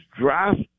draft